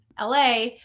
LA